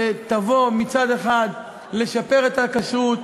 שתבוא מצד אחד לשפר את הכשרות,